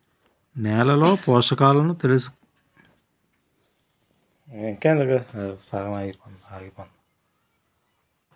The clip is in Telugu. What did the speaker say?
నేలలో పోషకాలను ఎలా తెలుసుకోవాలి? వాటి వల్ల కలిగే ప్రయోజనాలు ఏంటి?